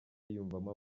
yiyumvamo